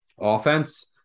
offense